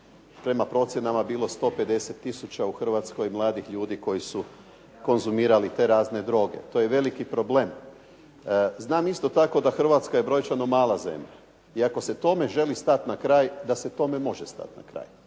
prema procjenama je bilo 150 tisuća u Hrvatskoj mladih ljudi koji su konzumirali te razne droge. To je veliki problem. Znam isto tako da Hrvatska je brojčano mala zemlja i ako se tome želi stati na kraj da se tome može stati na kraj